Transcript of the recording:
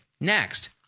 Next